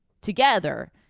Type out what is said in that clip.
together